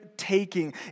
taking